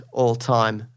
all-time